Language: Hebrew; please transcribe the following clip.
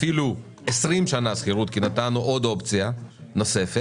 אפילו 20 שנים שכירות כי נתנו עוד אופציה נוספת.